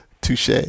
Touche